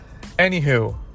anywho